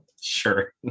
Sure